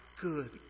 good